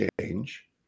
change